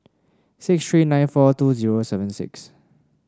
six three nine four two zero seven six